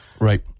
Right